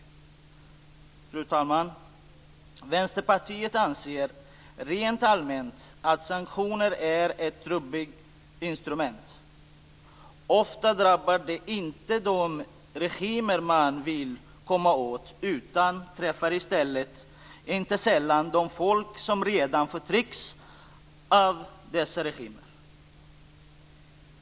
Fru talman! Vänsterpartiet anser rent allmänt att sanktioner är ett trubbigt instrument. Ofta drabbar detta inte de regimer man vill komma åt utan träffar i stället inte sällan de folk som redan förtrycks av dessa regimer.